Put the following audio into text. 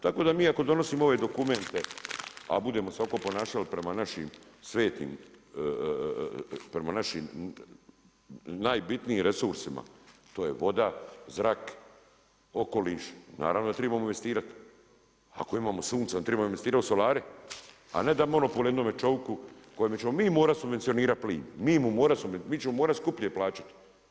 Tako da mi ako donosimo ovaj dokument a budemo se ovako ponašali prema našem najbitnijem resursima, to je voda, zrak, okoliš naravno da tribamo investirati, ako imamo sunca onda trebamo investirati u solarij, a ne dati monopol jednom čovjeku kojemu ćemo mi morati subvencionirati plin, mi ćemo morati skuplje plaćati.